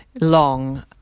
long